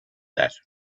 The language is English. that